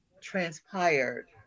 transpired